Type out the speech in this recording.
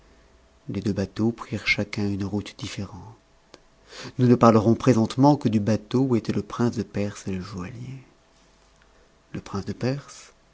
les deux bateaux prirent chacun une route différente nous ne parlerons présentement que du bateau où étaient le prince de perse et le joaillier le prince de perse